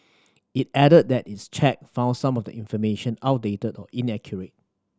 it added that its check found some of the information outdated or inaccurate